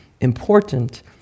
important